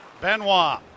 Benoit